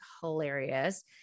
hilarious